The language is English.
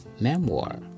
memoir